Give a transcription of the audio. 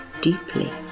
deeply